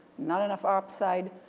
not enough upside,